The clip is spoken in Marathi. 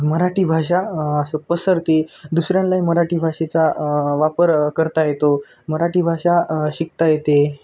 मराठी भाषा असं पसरते दुसऱ्यांनाही मराठी भाषेचा वापर करता येतो मराठी भाषा शिकता येते